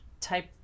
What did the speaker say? type